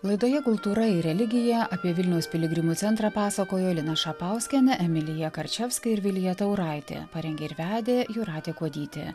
laidoje kultūra ir religija apie vilniaus piligrimų centrą pasakojo lina šapauskienė emilija karčevska ir vilija tauraitė parengė ir vedė jūratė kuodytė